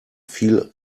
viel